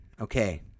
Okay